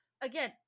again